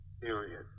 period